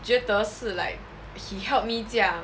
觉得是 like he helped me 这样